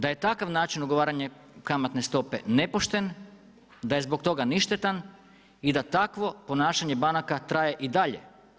Da je takav način ugovaranje kamatne stope nepošten, da je zbog toga ništetan i da takvo ponašanje banaka traje i dalje.